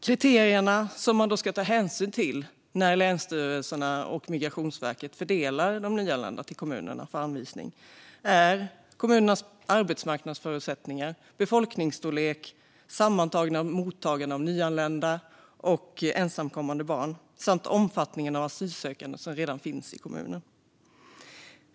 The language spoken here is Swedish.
Kriterierna som länsstyrelserna och Migrationsverket ska ta hänsyn till när de fördelar de nyanlända till kommunerna för anvisning är kommunens arbetsmarknadsförutsättningar, befolkningsstorlek och sammantagna mottagande av nyanlända och ensamkommande barn samt omfattningen av asylsökande som redan finns i kommunen.